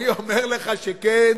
אני אומר לך שכן,